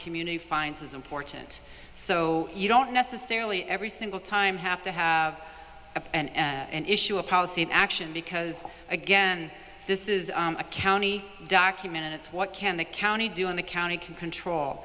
community finds is important so you don't necessarily every single time have to have an issue a policy of action because again this is a county document and it's what can the county do in the county can control